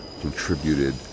contributed